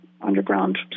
underground